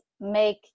make